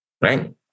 Right